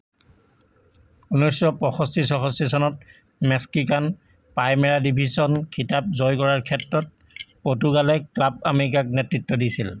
ঊনৈছশ পঁয়ষষ্ঠি ছয়ষষ্ঠি চনত মেক্সিকান প্ৰাইমেৰা ডিভিছন খিতাপ জয় কৰাৰ ক্ষেত্ৰত পৰ্তুগালে ক্লাব আমেৰিকাক নেতৃত্ব দিছিল